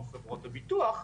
בחברות הביטוח,